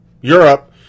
Europe